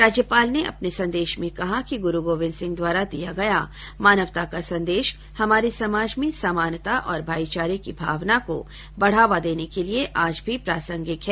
राज्यपाल ने अपने संदेश में कहा कि गुरू गोविन्द सिंह द्वारा दिया गया मानवता का संदेश हमारे समाज में समानता और भाईचारे की भावना को बढ़ावा देने के लिए आज भी प्रासंगिक है